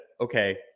okay